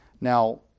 Now